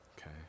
okay